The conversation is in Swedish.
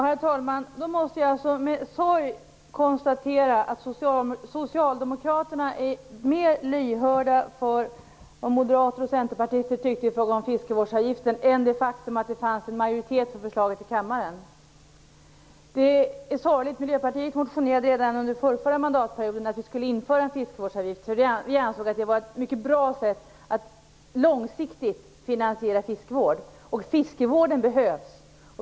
Herr talman! Jag konstaterar med sorg att Socialdemokraterna är mer lyhörda för vad Moderater och Centerpartister tycker i fråga om fiskevårdsavgiften än för det faktum att det fanns en majoritet för förslaget i kammaren. Det är sorgligt. Miljöpartiet motionerade redan under den förförra mandatperioden om att en fiskevårdsavgift skulle införas. Vi anser att det är ett mycket bra sätt att långsiktigt finansiera fiskevård. Fiskevården behövs!